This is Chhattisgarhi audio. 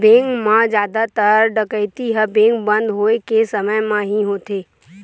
बेंक म जादातर डकैती ह बेंक बंद होए के समे म ही होथे